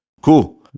Cool